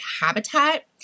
habitat